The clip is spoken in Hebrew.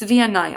צבי ינאי,